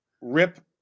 rip